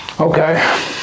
Okay